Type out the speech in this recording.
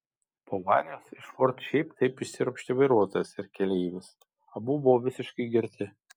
po avarijos iš ford šiaip taip išsiropštė vairuotojas ir keleivis abu buvo visiškai girti